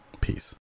peace